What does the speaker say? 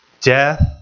death